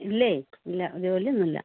ഇല്ലേ ഇല്ല ജോലിയൊന്നും ഇല്ല